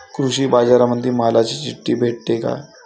कृषीबाजारामंदी मालाची चिट्ठी भेटते काय?